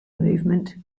movement